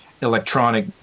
electronic